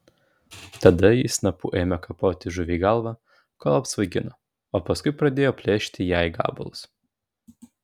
tada ji snapu ėmė kapoti žuviai galvą kol apsvaigino o paskui pradėjo plėšyti ją į gabalus